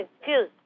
excuse